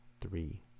three